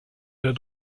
der